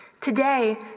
Today